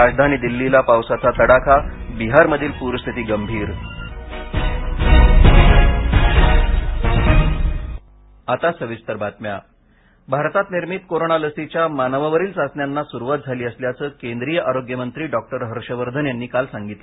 राजधानी दिल्लीला पावसाचा तडाखा बिहारमधील पूरस्थिती गंभीर आता सविस्तर बातम्या कोरोना लस भारतात निर्मित कोरोना लसीच्या मानवावरील चाचण्यांना सुरुवात झाली असल्याचं केंद्रीय आरोग्यमंत्री डॉक्टर हर्षवर्धन यांनी काल सांगितलं